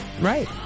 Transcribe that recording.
Right